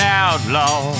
outlaw